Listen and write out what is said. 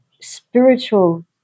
spiritual